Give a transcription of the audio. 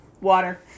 Water